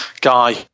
guy